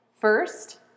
First